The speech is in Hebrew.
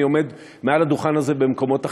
עומד מעל הדוכן הזה ובמקומות אחרים,